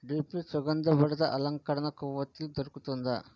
DP సుగంధభరిత అలంకరణ కొవ్వొత్తులు దొరుకుతుందా